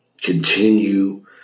continue